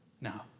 now